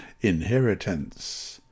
inheritance